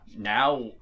now